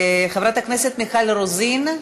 חברת הכנסת מיכל רוזין,